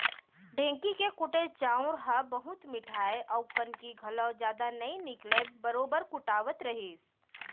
ढेंकी के कुटे चाँउर ह बहुत मिठाय अउ कनकी घलौ जदा नइ निकलय बरोबर कुटावत रहिस